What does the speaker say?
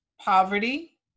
poverty